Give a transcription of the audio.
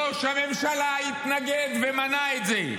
ראש הממשלה התנגד ומנע את זה.